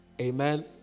Amen